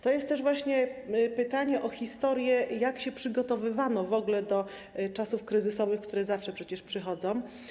To jest też pytanie o historię, jak się w ogóle przygotowywano do czasów kryzysowych, które zawsze przecież przychodzą.